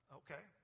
okay